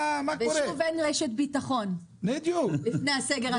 ושוב אין רשת ביטחון לפני הסגר.